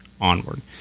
onward